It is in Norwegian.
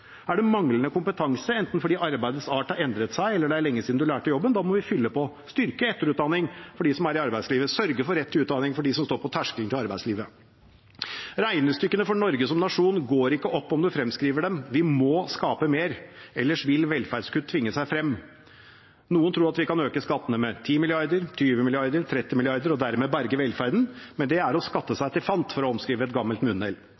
Er det manglende kompetanse, enten fordi arbeidets art har endret seg, eller det er lenge siden man lærte jobben, må vi fylle på, styrke etterutdanning for dem som er i arbeidslivet, og sørge for rett til utdanning for dem som står på terskelen til arbeidslivet. Regnestykkene for Norge som nasjon går ikke opp om man fremskriver dem. Vi må skape mer, ellers vil velferdskutt tvinge seg frem. Noen tror at vi kan øke skattene med 10, 20 eller 30 mrd. kr og dermed berge velferden, men det er å skatte seg til fant, for å omskrive et gammelt munnhell.